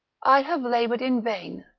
i have laboured in vain,